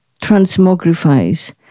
transmogrifies